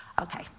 okay